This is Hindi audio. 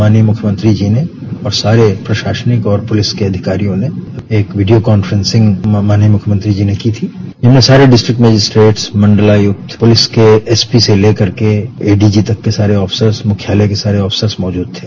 माननीय मुख्यमंत्री जी ने और सारे प्रशासनिक और पुलिस के अधिकारियों ने एक वीडियो कांचेंसिंग माननीय मुख्यमंत्री जी ने की थी जिसमें सारे डिस्ट्रिक्ट मजिस्ट्रेट मंडलायुक्त पुलिस के एस पी से ले करके एडीजे तक के सारे ऑफिसर्स मुख्यालय के सारे ऑफिसर्स मौजूद थे